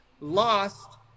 lost